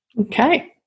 Okay